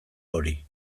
hori